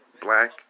black